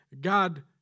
God